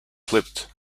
slipped